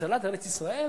הצלת ארץ-ישראל,